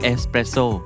Espresso